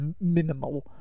minimal